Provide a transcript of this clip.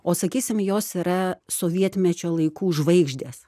o sakysim jos yra sovietmečio laikų žvaigždės